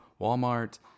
Walmart